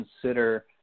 consider